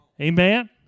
amen